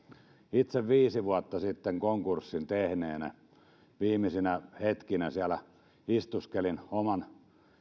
itse viisi vuotta sitten konkurssin tehneenä viimeisinä hetkinä istuskelin siellä oman